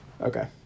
Okay